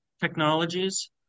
technologies